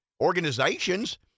organizations